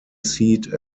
seat